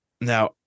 Now